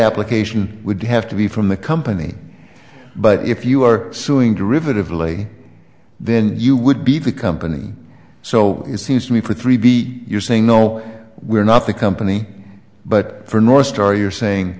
application would have to be from the company but if you are suing derivative les then you would be the company so it seems to me for three b you're saying no we're not the company but for northstar you're saying